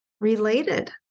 related